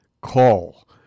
call